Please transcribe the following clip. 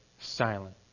silent